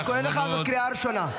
אני קורא אותך בקריאה ראשונה.